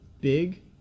big